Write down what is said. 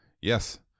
yes